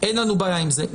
אין לנו בעיה עם זה.